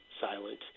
silent